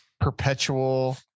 perpetual